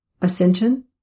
Ascension